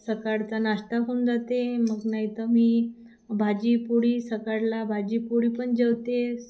सकाळचा नाश्ता होऊन जाते मग नाहीतर मी भाजी पोळी सकाळला भाजी पोळी पण जेवते